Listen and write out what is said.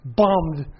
bummed